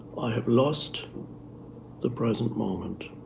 i have lost the present moment.